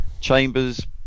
Chambers